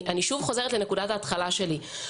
אני שוב חוזרת לנקודת ההתחלה שלי.